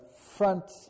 front